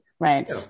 right